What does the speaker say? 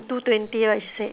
two twenty right she said